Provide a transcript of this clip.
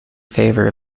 favour